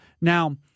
now